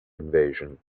invasion